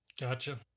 Gotcha